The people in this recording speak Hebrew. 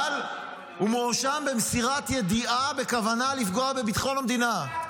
אבל הוא מואשם במסירת ידיעה בכוונה לפגוע בביטחון המדינה.